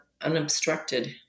unobstructed